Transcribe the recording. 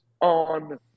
on